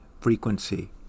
frequency